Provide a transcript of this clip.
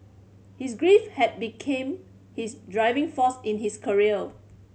his grief had became his driving force in his career